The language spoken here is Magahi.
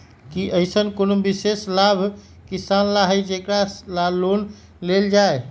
कि अईसन कोनो विशेष लाभ किसान ला हई जेकरा ला लोन लेल जाए?